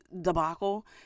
debacle